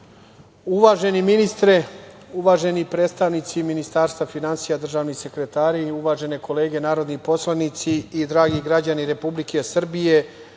Kovač. Uvaženi ministre, uvaženi predstavnici Ministarstva finansija, državni sekretari, uvažene kolege narodni poslanici i dragi građani Republike Srbije,